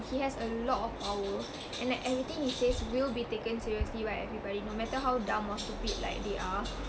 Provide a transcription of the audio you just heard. he has a lot of power and like everything he says will be taken seriously right everybody no matter how dumb or stupid like they are